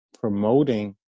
promoting